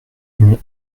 une